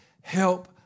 Help